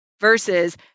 versus